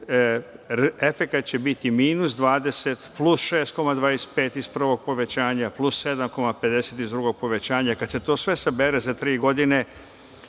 efekat će biti minus 20 plus 6,25 iz prvog povećanja, plus 7,50 iz drugog povećanja i kada se to sve sabere, za tri godine,